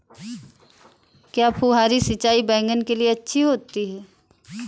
क्या फुहारी सिंचाई बैगन के लिए अच्छी होती है?